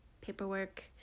paperwork